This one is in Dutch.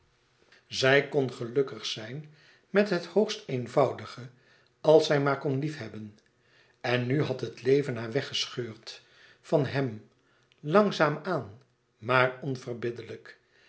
zij kon gelukkig zijn met het hoogst eenvoudige als zij maar kon lief hebben en nu had het leven haar weggescheurd van hem langzaam aan maar onverbiddelijk